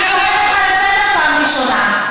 אני קוראת אותך לסדר פעם ראשונה.